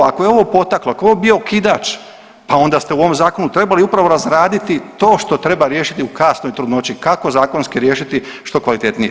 Ako je ovo potaklo, ako je ovo bio okidač, pa onda ste u ovom zakonu trebali upravo razraditi to što treba riješiti u kasnoj trudnoći, kako zakonski riješiti što kvalitetnije.